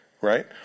right